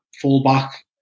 full-back